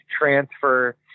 transfer